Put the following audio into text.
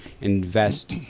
invest